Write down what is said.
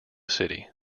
city